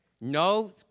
No